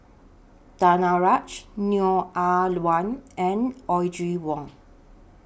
Danaraj Neo Ah Luan and Audrey Wong